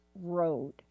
road